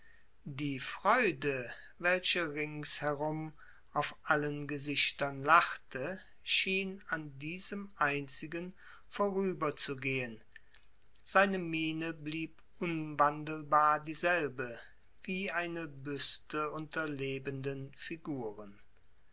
die freude welche ringsherum auf allen gesichtern lachte schien an diesem einzigen vorüberzugehen seine miene blieb unwandelbar dieselbe wie eine büste unter lebenden figuren